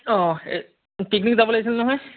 অ' picnic যাব লাগিছিল নহয়